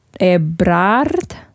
Ebrard